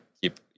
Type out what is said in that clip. keep